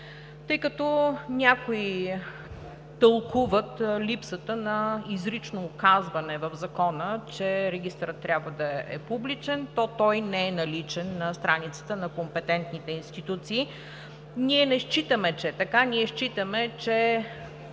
Тъй като някои тълкуват липсата на изрично указване в Закона, че регистърът трябва да е публичен, то той не е наличен на страниците на компетентните институции. Ние не считаме така. Ние считаме, че